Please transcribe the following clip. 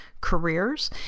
careers